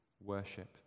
worship